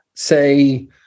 say